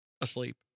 asleep